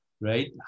right